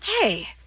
Hey